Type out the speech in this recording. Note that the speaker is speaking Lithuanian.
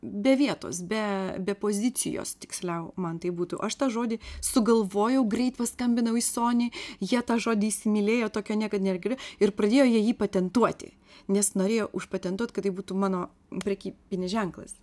be vietos be be pozicijos tiksliau man tai būtų aš tą žodį sugalvojau greit paskambinau į sony jie tą žodį įsimylėjo tokio niekad nėra girdėję ir pradėjo jie jį patentuoti nes norėjo užpatentuot kad tai būtų mano prekybinis ženklas